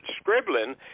scribbling